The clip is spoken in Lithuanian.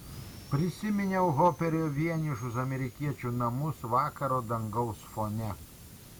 prisiminiau hoperio vienišus amerikiečių namus vakaro dangaus fone